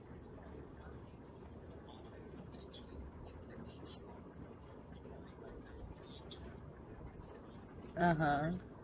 (uh huh)